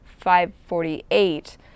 548